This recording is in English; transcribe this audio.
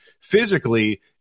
physically